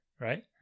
Right